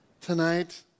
tonight